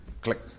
Click